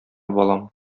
балам